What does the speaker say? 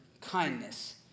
kindness